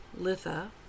Litha